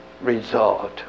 result